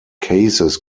cases